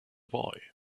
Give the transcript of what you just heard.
boy